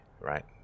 Right